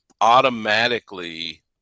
automatically